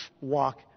walk